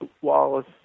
Wallace